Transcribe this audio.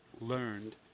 learned